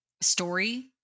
story